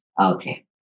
Okay